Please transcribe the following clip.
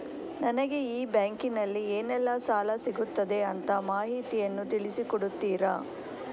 ನನಗೆ ಈ ಬ್ಯಾಂಕಿನಲ್ಲಿ ಏನೆಲ್ಲಾ ಸಾಲ ಸಿಗುತ್ತದೆ ಅಂತ ಮಾಹಿತಿಯನ್ನು ತಿಳಿಸಿ ಕೊಡುತ್ತೀರಾ?